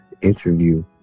interview